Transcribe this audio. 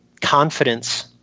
confidence